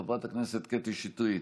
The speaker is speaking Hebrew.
חבר הכנסת ווליד טאהא,